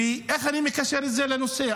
איך אני מקשר את זה לנושא?